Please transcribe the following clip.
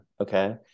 okay